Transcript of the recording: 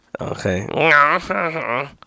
Okay